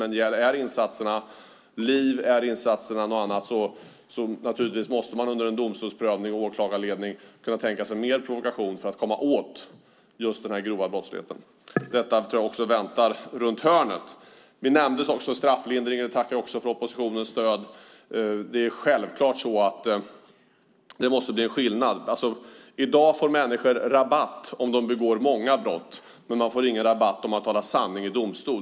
Liv är en av insatserna, och naturligtvis måste man under en domstolsprövning och åklagarledning kunna tänka sig mer provokation för att komma åt den grova brottsligheten. Detta tror jag också väntar runt hörnet. Strafflindring nämndes också, och jag tackar för oppositionens stöd. Det är självklart så att det måste bli en skillnad. I dag får människor rabatt om de begår många brott, men man får ingen rabatt om man talar sanning i domstol.